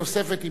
אם תהיה כאן,